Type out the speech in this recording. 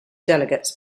delegates